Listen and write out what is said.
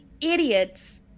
idiots